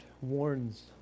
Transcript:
warns